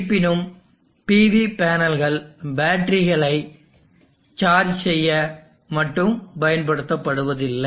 இருப்பினும் பொதுவாக PV பேனல்கள் பேட்டரிகளை சார்ஜ் செய்ய மட்டும் பயன்படுத்தப்படுவதில்லை